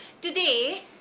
today